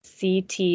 CT